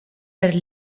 per